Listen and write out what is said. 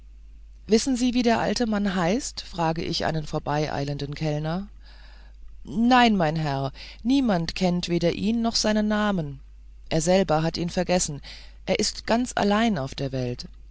wissen sie wie der alte mann heißt frage ich einen vorbeieilenden kellner nein mein herr niemand kennt weder ihn noch seinen namen er selbst hat ihn vergessen er ist ganz allein auf der welt